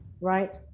right